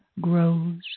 grows